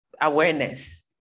awareness